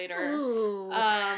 later